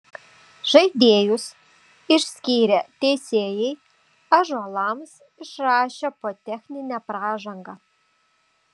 žaidėjus išskyrę teisėjai ąžuolams išrašė po techninę pražangą